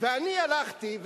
ואני הלכתי,